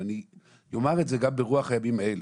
ואני אומר את זה גם ברוח ימים אלה.